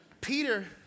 Peter